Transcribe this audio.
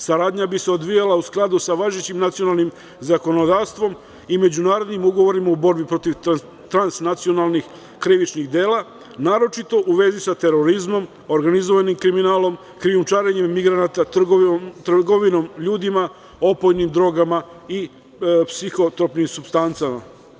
Saradnja bi se odvijala u skladu sa važećim nacionalnim zakonodavstvom i međunarodnim ugovorima u borbi protiv transnacionalnih krivičnih dela, naročito u vezi sa terorizmom, organizovanim kriminalom, krijumčarenjem migranata, trgovinom ljudima, opojnim drogama i psihotropnim supstancama.